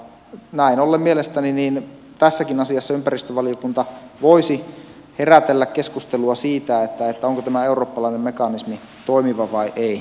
näin ollen mielestäni tässäkin asiassa ympäristövaliokunta voisi herätellä keskustelua siitä onko tämä eurooppalainen mekanismi toimiva vai ei